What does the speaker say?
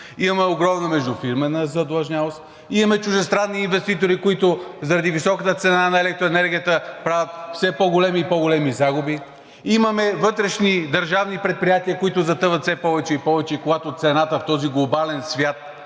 имаме огромна междуфирмена задлъжнялост, имаме чуждестранни инвеститори, които заради високата цена на електроенергията търпят все по-големи и по-големи загуби, имаме вътрешни държавни предприятия, които затъват все повече и повече, и когато цената в този глобален свят